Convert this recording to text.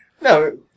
No